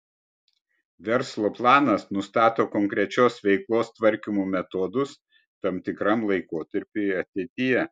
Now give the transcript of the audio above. verslo planas nustato konkrečios veiklos tvarkymo metodus tam tikram laikotarpiui ateityje